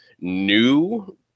new